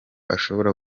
ashobora